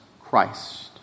Christ